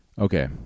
Okay